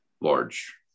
large